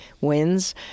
wins